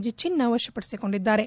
G ಚಿನ್ನ ವಶಪಡಿಸಿಕೊಂಡಿದ್ದಾರೆ